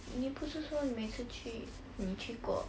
你不是说你每次去你去过